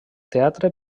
teatre